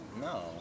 No